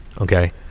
Okay